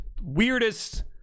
Weirdest